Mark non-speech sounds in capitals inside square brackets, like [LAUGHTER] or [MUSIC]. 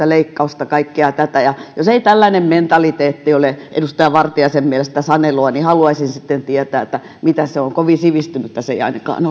[UNINTELLIGIBLE] leikkausta kaikkea tätä jos ei tällainen mentaliteetti ole edustaja vartiaisen mielestä sanelua niin haluaisin tietää mitä se on kovin sivistynyttä se ei ainakaan [UNINTELLIGIBLE]